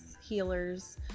healers